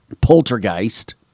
poltergeist